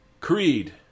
Creed